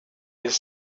his